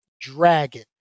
dragon